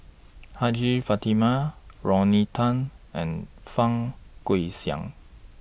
Hajjah Fatimah Rodney Tan and Fang Guixiang